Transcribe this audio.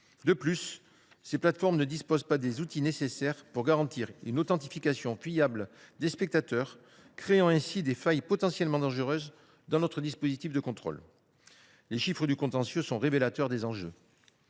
De plus, ces plateformes ne disposent pas des outils nécessaires pour garantir une authentification fiable des spectateurs, le risque est donc de créer des failles potentiellement dangereuses dans notre dispositif de contrôle. Les chiffres du contentieux sont révélateurs des enjeux.